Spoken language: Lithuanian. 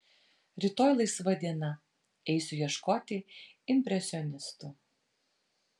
rytoj laisva diena eisiu ieškot impresionistų